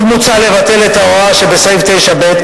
עוד מוצע לבטל את ההוראה שבסעיף 9(ב),